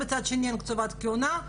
מצד שני אין קציבת כהונה,